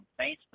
Facebook